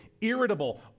irritable